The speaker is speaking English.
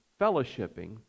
fellowshipping